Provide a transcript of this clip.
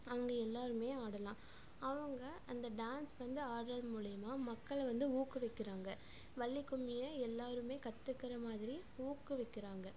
அவங்க எல்லோருமே ஆடலாம் அவங்க அந்த டான்ஸ் வந்து ஆடுறது மூலிமா மக்களை வந்து ஊக்குவிக்கிறாங்க வள்ளி கும்மியை எல்லோருமே கற்றுக்குற மாதிரி ஊக்குவிக்குறாங்க